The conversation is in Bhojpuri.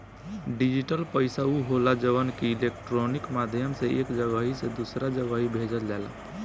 डिजिटल पईसा उ होला जवन की इलेक्ट्रोनिक माध्यम से एक जगही से दूसरा जगही भेजल जाला